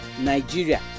Nigeria